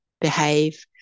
behave